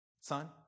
Son